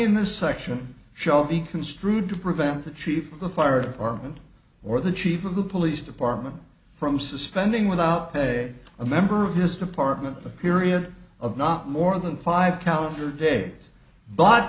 in this section shall be construed to prevent the chief of the fire department or the chief of the police department from suspending without pay a member of his department a period of not more than five calendar days but